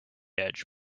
edge